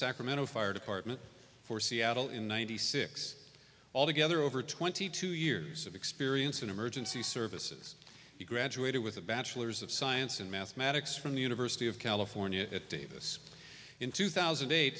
sacramento fire department for seattle in ninety six altogether over twenty two years of experience in emergency services he graduated with a bachelor's of science in mathematics from the university of california at davis in two thousand and eight